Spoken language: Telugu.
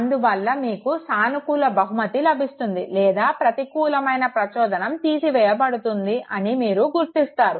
అందువల్ల మీకు సానుకూల బహుమతి లభిస్తుంది లేదా ప్రతికూలమైన ప్రచోదనం తీసివేయబడుతుంది అని మీరు గుర్తిస్తారు